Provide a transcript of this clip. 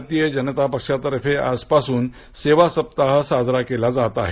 भारतीय जनता पक्षातर्फे आज पासून सेवा साप्ताह साजरा केला जात आहे